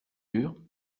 dur